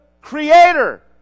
creator